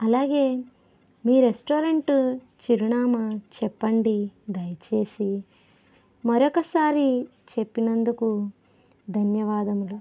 అలాగే మీ రెస్టారెంట్ చిరునామా చెప్పండి దయచేసి మరొకసారి చెప్పినందుకు ధన్యవాదములు